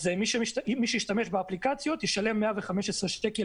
אז מי שישלם באפליקציות ישלם 115 שקל